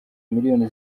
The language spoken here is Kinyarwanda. miliyoni